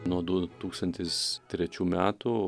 nuo du tūkstantis trečių metų